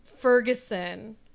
Ferguson